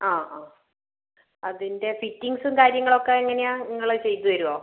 ആ ആ അതിൻ്റെ ഫിറ്റിങ്ങ്സും കാര്യങ്ങളൊക്കെ എങ്ങനെയാണ് നിങ്ങളത് ചെയ്തുതരുവോ